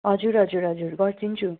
हजुर हजुर हजुर गर्दिन्छु